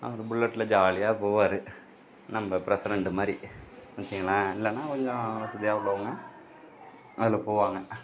அவர் புல்லட்டில் ஜாலியாக போவார் நம்ம ப்ரெசிடெண்ட் மாதிரி வச்சுங்களேன் இல்லைனா கொஞ்சம் வசதியாக உள்ளவங்க அதில் போவாங்க